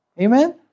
Amen